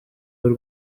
w’u